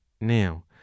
now